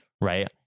Right